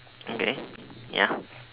okay ya